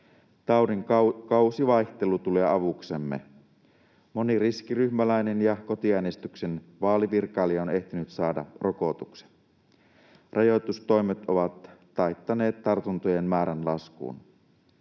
Taudin kausivaihtelu tulee avuksemme. Moni riskiryhmäläinen ja kotiäänestyksen vaalivirkailija on ehtinyt saada rokotuksen. Rajoitustoimet ovat taittaneet tartuntojen määrän laskuun.